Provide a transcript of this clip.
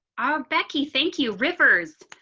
ah becky. thank you, refers,